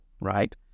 right